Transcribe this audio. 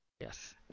Yes